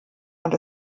und